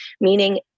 meaning